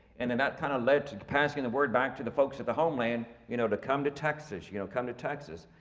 and then that kinda kind of led to to passing the word back to the folks at the homeland, you know to come to texas, you know come to texas.